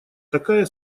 такая